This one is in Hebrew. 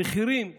המחירים שאנחנו,